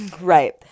right